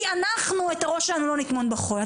כי אנחנו את הראש שלנו לא נטמון בחול.